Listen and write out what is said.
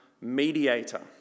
mediator